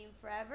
forever